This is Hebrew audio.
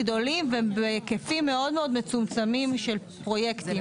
גדולים ובהיקפים מאוד מאוד מצומצמים של פרויקטים,